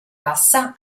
bassa